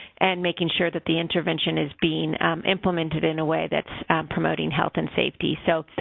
and making sure that the intervention is being implemented in a way that's promoting health and safety? so,